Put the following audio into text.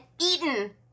eaten